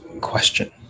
question